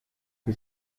che